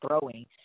throwing